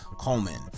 Coleman